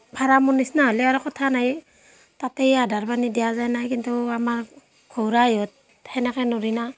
ফাৰামৰ নিচিনা হ'লে আৰু কথা নাই তাতেই আধাৰ বান্ধি দিয়া যায় না কিন্তু আমাৰ ঘৰুৱা ইহঁত সেনেকৈ নোৱাৰি না